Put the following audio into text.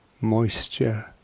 moisture